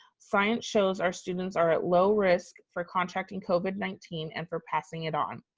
science shows our students are at low risk for contracting covid nineteen and for passing it on.